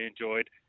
enjoyed